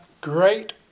great